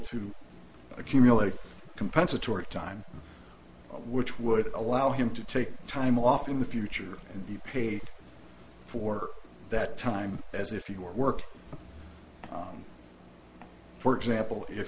to accumulate compensatory time which would allow him to take time off in the future and be paid for that time as if you work on for example if